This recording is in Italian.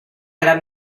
era